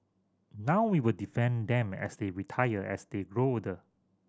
now we will defend them as they retire as they grow old